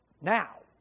now